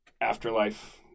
afterlife